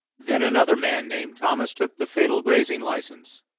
then another man named thomas took the fatal grazing license,